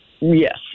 Yes